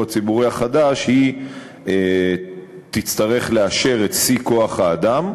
הציבורי החדש תצטרך לאשר את שיא כוח-האדם.